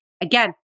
Again